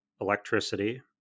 electricity